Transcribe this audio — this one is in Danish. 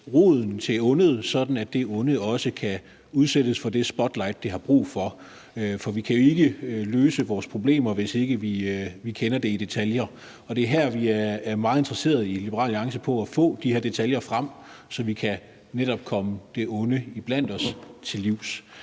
roden til ondet, sådan at det onde også kan udsættes for det spotlight, det har brug for. For vi kan jo ikke løse vores problemer, hvis ikke vi kender dem i detaljer, og det er her, vi i Liberal Alliance er meget interesseret i at få de her detaljer frem, så vi netop kan komme det onde iblandt os til livs.